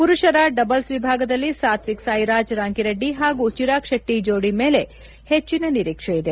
ಮರುಷರ ಡಬಲ್ಗೆ ವಿಭಾಗದಲ್ಲಿ ಸಾತ್ವಿಕ್ ಸಾಯಿರಾಜ್ ರಾಂಕಿರೆಡ್ಡಿ ಹಾಗೂ ಚಿರಾಗ್ ಶೆಟ್ಟಿ ಜೋಡಿ ಮೇಲೆ ಹೆಚ್ಚಿನ ನಿರೀಕ್ಷೆ ಇದೆ